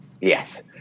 Yes